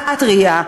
פסיכיאטריה.